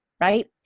Right